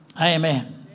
Amen